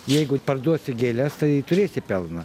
jeigu parduosi gėles tai turėsi pelną